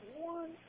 one